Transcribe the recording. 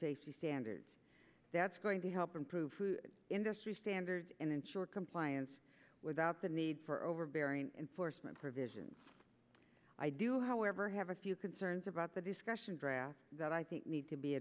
safety standards that's going to help improve industry standards and ensure compliance without the need for overbearing enforcement provisions i do however have a few concerns about the discussion draft that i think need to be